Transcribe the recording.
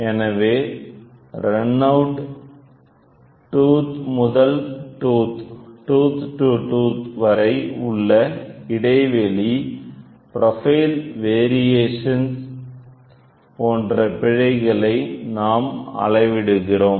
எனவேரன்அவுட் tooth முதல் tooth வரை உள்ள இடைவெளி ப்ரோபைல் வேரியேஷன் போன்ற பிழைகளை நாம் அளவிடுகிறோம்